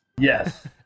Yes